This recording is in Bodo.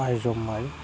आइजं माइ